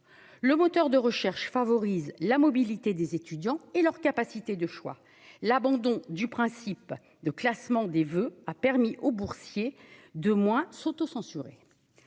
le moteur de recherche favorise la mobilité des étudiants et leur capacité de choix, l'abandon du principe de classement des voeux a permis aux boursiers de moins s'autocensurer